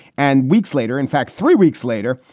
and weeks later, in fact, three weeks later,